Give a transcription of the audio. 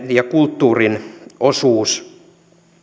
ja kulttuurin osuus